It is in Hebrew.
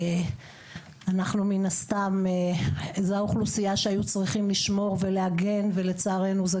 אנחנו מין הסתם האוכלוסייה שעליה היו צריכים לשמור ולהגן ולצערנו,